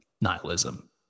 nihilism